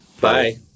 Bye